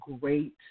great